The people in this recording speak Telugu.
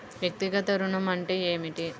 వ్యక్తిగత ఋణం అంటే ఏమిటి?